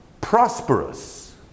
prosperous